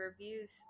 reviews